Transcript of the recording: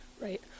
Right